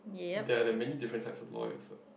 there there are many different types of lawyers what